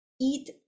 eat